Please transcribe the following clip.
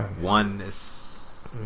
oneness